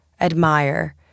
admire